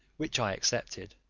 which i accepted.